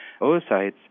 oocytes